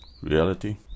Reality